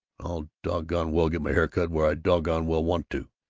i'll doggone well get my hair cut where i doggone well want to!